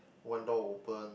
one door open